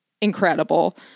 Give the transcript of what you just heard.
incredible